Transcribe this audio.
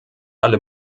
alle